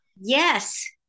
Yes